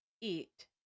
Eat